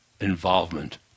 involvement